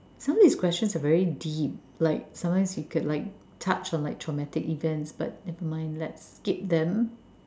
some of these questions are very deep like sometimes you can like touch on like traumatic events but never mind let's skip them